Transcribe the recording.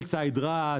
אל סייד-רהט,